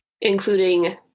including